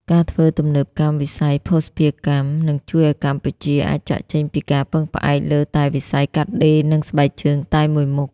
ការធ្វើទំនើបកម្មវិស័យភស្តុភារកម្ម នឹងជួយឱ្យកម្ពុជាអាចចាកចេញពីការពឹងផ្អែកលើតែវិស័យកាត់ដេរ និងស្បែកជើងតែមួយមុខ។